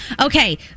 Okay